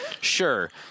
Sure